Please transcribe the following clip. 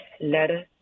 letter